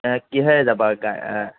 কিহেৰে যাবা